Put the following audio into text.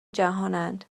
جهانند